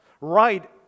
right